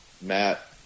matt